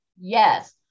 Yes